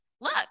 Look